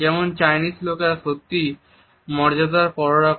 যেমন চাইনিজ লোকেরা সত্যিই মর্যাদার পরোয়া করে